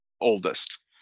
oldest